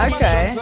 Okay